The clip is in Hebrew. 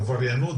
עבריינות,